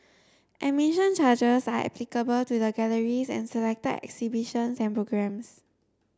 admission charges are applicable to the galleries and selected exhibitions and programmes